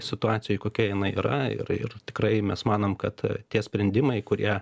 situacijoj kokia jinai yra ir ir tikrai mes manom kad tie sprendimai kurie